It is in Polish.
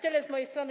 Tyle z mojej strony.